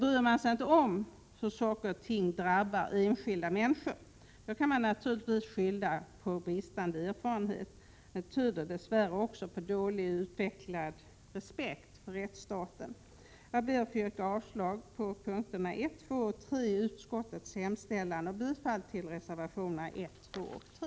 Bryr man sig emellertid inte om hur saker och ting drabbar enskilda människor, kan man naturligtvis skylla på bristande erfarenheter. Det tyder dess värre på dåligt utvecklad respekt för rättsstaten. Jag ber att få yrka avslag på punkterna 1,2 och 3 i utskottets hemställan och bifall till reservationerna 1, 2 och 3.